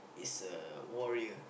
is a warrior